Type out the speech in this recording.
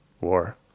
War